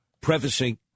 prefacing